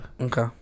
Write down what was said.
Okay